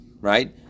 right